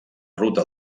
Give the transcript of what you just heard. ruta